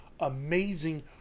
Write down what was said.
Amazing